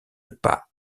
pas